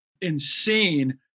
insane